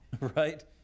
right